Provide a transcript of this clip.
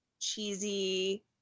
cheesy